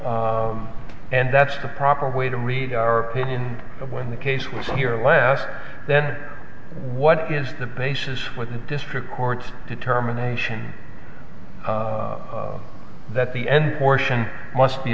you and that's the proper way to read our opinion of when the case was here last then what is the basis with the district court determination that the end portion must be